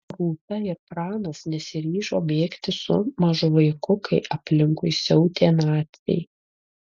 rūta ir pranas nesiryžo bėgti su mažu vaiku kai aplinkui siautė naciai